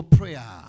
prayer